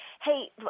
Hey